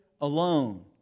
alone